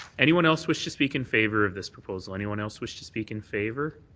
anyone else wish to speak in favour of this proposal? anyone else wish to speak in favour?